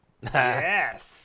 Yes